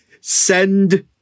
send